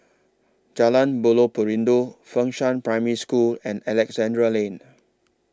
Jalan Buloh Perindu Fengshan Primary School and Alexandra Lane